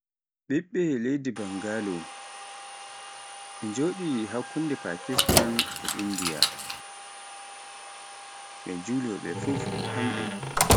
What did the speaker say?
ɓiɓɓe leydi Bangalo ɓe jodi hakkunde Pakistan e Indiya Julowooɓe fuf hamɓe ɓe.